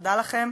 תודה לכם.